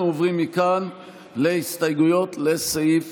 אנחנו עוברים מכאן להסתייגויות לסעיף